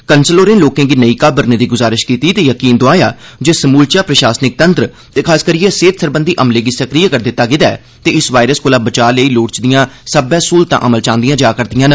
कन्सल होरें लोकें गी नेई घाब्बरने दी गुजारिश कीती ते यकीन दोआया जे समूलचा प्रशासनिक तंत्र ते खासकरियै सेहत सरबंधी अमले गी सक्रिय करी दित्ता गेआ ऐ ते इस वायरस सोआं बचाऽ लेई लोड़चदिआं सब्बै स्हूलतां अमल च आंदिआं जा'रदिआं न